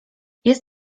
jest